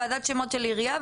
ועדת שמות של עירייה,